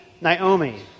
Naomi